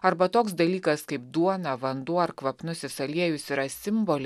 arba toks dalykas kaip duona vanduo ar kvapnusis aliejus yra simboliai